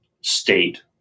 state